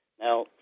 now